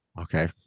Okay